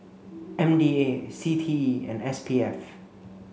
M D A C T E and S P F